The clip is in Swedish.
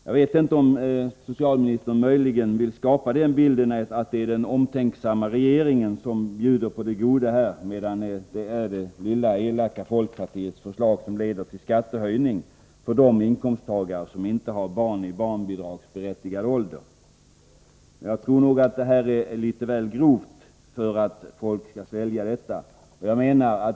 Jag vet inte om socialministern möjligen vill skapa bilden att det är den omtänksamma regeringen som bjuder på det goda, medan det är det lilla elaka folkpartiets förslag som leder till skattehöjning för de inkomsttagare som inte har barn i barnbidragsberättigad ålder. Jag tror nog att detta resonemang är alltför grovt för att människorna skall svälja det.